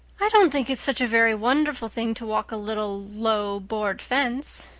i don't think it's such a very wonderful thing to walk a little, low, board fence,